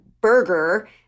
burger